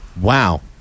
Wow